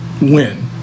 win